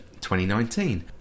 2019